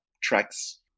tracks